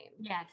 Yes